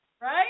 Right